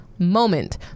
moment